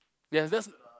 ya that's